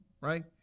right